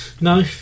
No